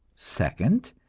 second,